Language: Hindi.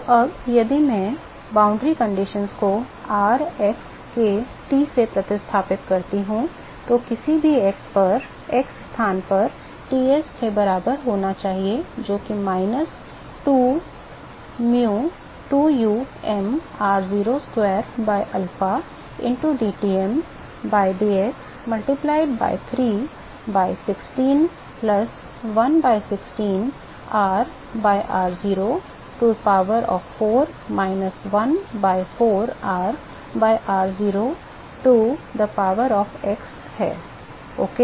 तो अब यदि मैं इन सीमा शर्तों को r x के T से प्रतिस्थापित करता हूँ जो किसी भी x स्थान पर Ts के बराबर होना चाहिए जोकि minus 2 u m r0 square by alpha into dTm by dx multiplied by 3 by 16 plus 1 by 16 r by r0 to the power of 4 minus 1 by 4 r by r0 to the power of x है ओके